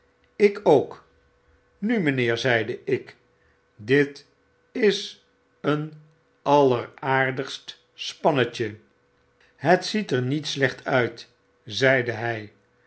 ik ook nu mijnheer zeide ik dit is een alleraardigst spannetje het ziet er niet slecht uit zeide hy